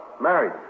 married